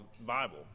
bible